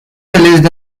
released